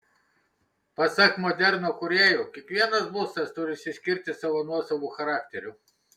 pasak moderno kūrėjų kiekvienas būstas turi išsiskirti savo nuosavu charakteriu